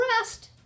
rest